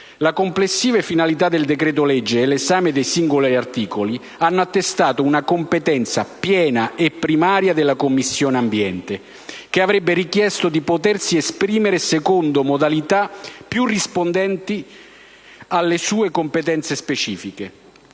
Le complessive finalità del decreto-legge e l'esame dei singoli articoli hanno attestato una competenza piena e primaria della Commissione ambiente, che avrebbe potuto esprimersi secondo modalità più rispondenti alle sue competenze specifiche.